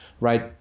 right